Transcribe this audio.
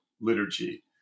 liturgy